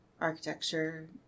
architecture